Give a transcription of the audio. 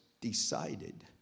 decided